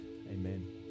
amen